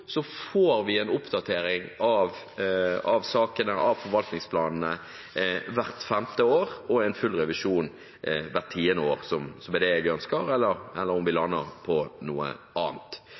får man en oppdatering av forvaltningsplanene hvert femte år og en full revisjon hvert tiende år, som er det jeg ønsker – eller om vi lander på noe annet.